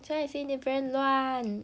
so I say need friends [one]